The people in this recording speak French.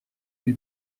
lui